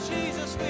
Jesus